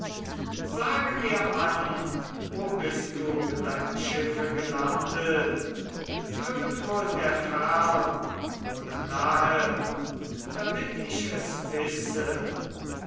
sage mir an wo bist du mit deinem schiffe gelandet irgendwo in der fern oder nahe damit ich es wisse